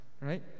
Right